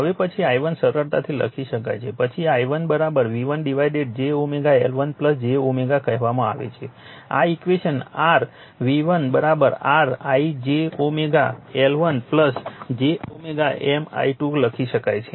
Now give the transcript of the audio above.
હવે પછી i1 સરળતાથી લખી શકાય છે પછી i1 v1 ડિવાઇડેડ j L1 j કહેવામાં આવે છે આ ઈક્વેશન r v1 r i j L1 j M i2 લખી શકાય છે